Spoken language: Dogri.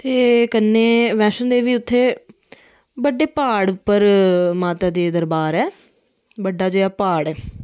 ते कन्नै वैश्णो देवी उत्थै बडे़ प्हाड़ उप्पर माता दा दरबार ऐ बड़ा जेहा प्हाड़ ऐ